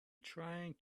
trying